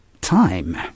time